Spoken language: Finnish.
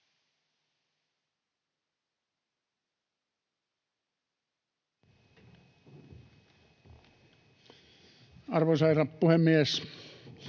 Arvoisa herra puhemies!